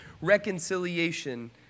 reconciliation